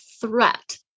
threat